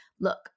look